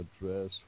address